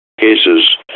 cases